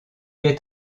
est